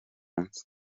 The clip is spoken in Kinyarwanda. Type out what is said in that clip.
nzu